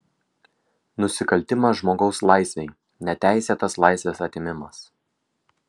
nusikaltimas žmogaus laisvei neteisėtas laisvės atėmimas